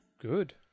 Good